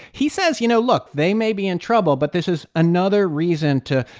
he says, you know, look. they may be in trouble, but this is another reason to,